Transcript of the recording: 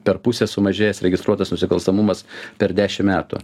per pusę sumažėjęs registruotas nusikalstamumas per dešim metų